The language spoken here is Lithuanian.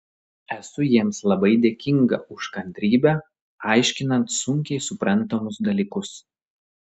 esu jiems labai dėkinga už kantrybę aiškinant sunkiai suprantamus dalykus